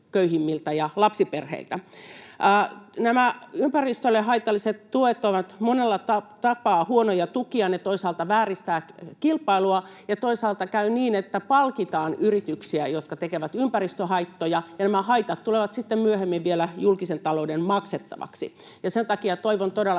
köyhimmiltä ja lapsiperheiltä. Nämä ympäristölle haitalliset tuet ovat monella tapaa huonoja tukia. Ne toisaalta vääristävät kilpailua ja toisaalta käy niin, että palkitaan yrityksiä, jotka tekevät ympäristöhaittoja, ja nämä haitat tulevat sitten myöhemmin vielä julkisen talouden maksettaviksi. Sen takia toivon todellakin